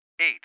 eight